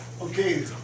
Okay